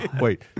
Wait